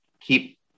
keep